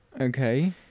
Okay